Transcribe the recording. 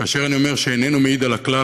כאשר אני אומר שהוא איננו מעיד על הכלל,